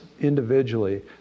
individually